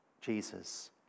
Jesus